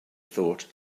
thought